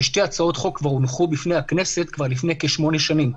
שתי הצעות חוק כבר הונחו בפני הכנסת כבר לפני כשמונה שנים,